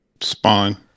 Spawn